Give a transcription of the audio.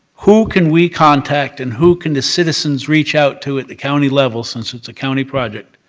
who can we contact and who can the citizens reach out to at the county level, since it's a county project,